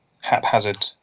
haphazard